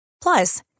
Plus